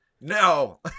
No